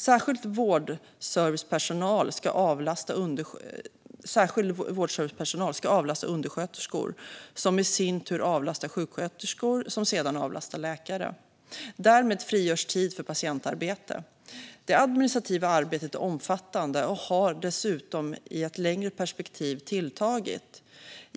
Särskild vårdservicepersonal ska avlasta undersköterskor, som i sin tur avlastar sjuksköterskor som sedan avlastar läkare. Därmed frigörs tid för patientarbete. Det administrativa arbetet är omfattande och har dessutom i ett längre perspektiv tilltagit.